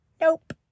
Nope